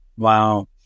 Wow